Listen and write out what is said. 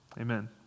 Amen